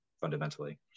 fundamentally